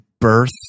birth